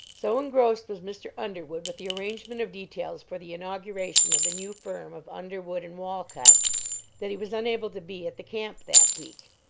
so engrossed was mr. underwood with the arrangement of details for the inauguration of the new firm of underwood and walcott that he was unable to be at the camp that week.